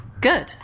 good